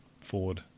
forward